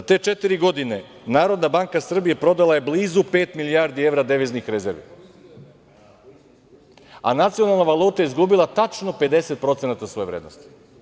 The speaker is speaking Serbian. Za te četiri godine, Narodna banka Srbije prodala je blizu pet milijardi evra deviznih rezervi, a nacionalna valuta je izgubila tačno 50% svoje vrednosti.